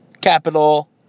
Capital